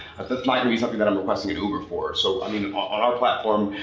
that might and be something that i'm requesting at uber for. so, i mean on on our platform,